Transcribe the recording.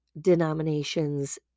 denominations